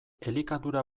elikadura